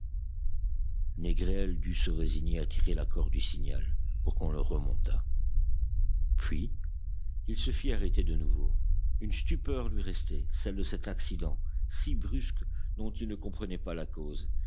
dut se résigner à tirer la corde du signal pour qu'on le remontât puis il se fit arrêter de nouveau une stupeur lui restait celle de cet accident si brusque dont il ne comprenait pas la cause